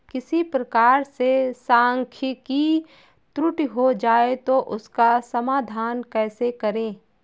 किसी प्रकार से सांख्यिकी त्रुटि हो जाए तो उसका समाधान कैसे करें?